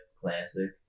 Classic